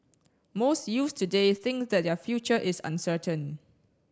most youths today think that their future is uncertain